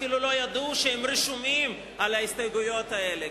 הם אפילו לא ידעו שהם רשומים על ההסתייגויות האלה.